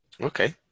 Okay